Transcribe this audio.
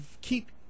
keep